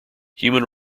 human